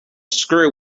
screw